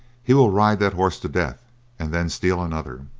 he will ride that horse to death and then steal another.